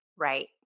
Right